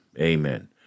amen